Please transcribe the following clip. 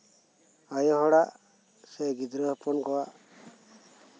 ᱟᱭᱳ ᱦᱚᱲᱟᱜ ᱥᱮ ᱜᱤᱫᱽᱨᱟᱹ ᱦᱚᱯᱚᱱ ᱠᱚᱣᱟᱜ